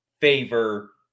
favor